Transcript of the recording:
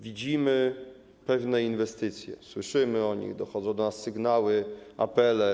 Widzimy pewne inwestycje, słyszymy o nich, dochodzą do nas sygnały, apele.